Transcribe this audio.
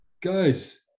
guys